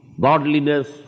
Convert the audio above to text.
godliness